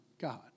God